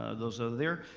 ah those are there.